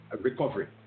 recovery